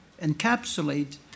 encapsulate